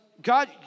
God